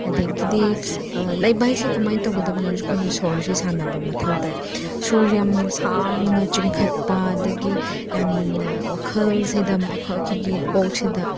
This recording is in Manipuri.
ꯑꯗꯒꯤꯗꯤ ꯂꯩꯕ ꯍꯥꯏꯁꯤ ꯀꯃꯥꯏꯅ ꯇꯧꯒꯗꯕꯅꯣ ꯍꯥꯏꯁꯦ ꯑꯩꯈꯣꯏꯅ ꯁꯣꯔꯁꯤ ꯁꯥꯟꯅꯕ ꯃꯊꯧ ꯇꯥꯏ ꯁꯨꯔ ꯌꯥꯝꯅ ꯁꯥꯡꯅ ꯆꯤꯡꯈꯠꯄ ꯑꯗꯒꯤ ꯌꯥꯝꯅ ꯋꯥꯈꯜꯁꯤꯗ ꯃꯈꯣꯏꯒꯤ ꯀꯣꯛꯁꯤꯗ